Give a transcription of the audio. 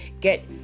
get